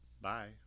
Bye